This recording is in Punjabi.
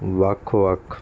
ਵੱਖ ਵੱਖ